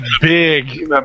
big